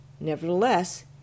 Nevertheless